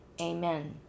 amen